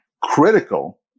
Critical